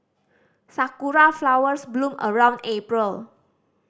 sakura flowers bloom around April